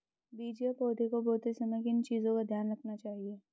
बीज या पौधे को बोते समय किन चीज़ों का ध्यान रखना चाहिए?